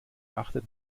achtet